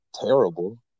terrible